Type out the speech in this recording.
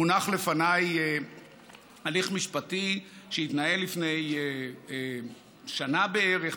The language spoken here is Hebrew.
מונח לפניי הליך משפטי שהתנהל לפני שנה בערך,